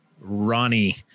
Ronnie